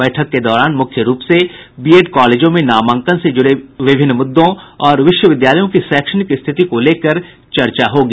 बैठक के दौरान मुख्य रूप से बीएड कॉलेजों में नामांकन से जुड़े विभिन्न मुद्दों और विश्वविद्यालयों की शैक्षणिक स्थिति को लेकर चर्चा होगी